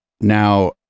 now